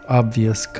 obvious